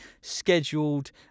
scheduled